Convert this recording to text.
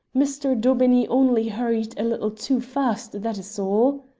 mr. daubeney only hurried a little too fast, that is all.